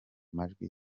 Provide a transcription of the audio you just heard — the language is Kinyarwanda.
amajwi